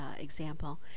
example